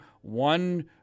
one